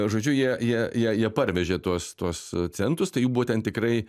žodžiu jie jie jie parvežė tuos tuos centus tai jų buvo ten tikrai